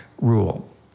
rule